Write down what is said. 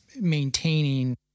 maintaining